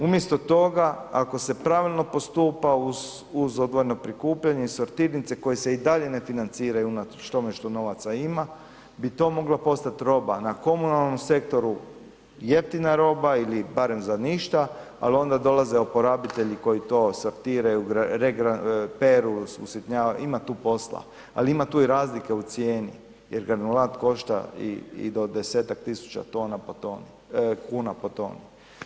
Umjesto toga, ako se pravilno postupa uz odvojeno prikupljanje i sortirnice koje se i dalje ne financiraju unatoč tome što novaca ima bi to moglo postat roba na komunalnom sektoru jeftina roba ili barem za ništa ali onda dolaze oporabitelji koji to sortiraju, peru, usitnjavaju, ima tu posla ali ima tu i razlike u cijeni jer granulat košta i do desetak tisuća kuna po toni.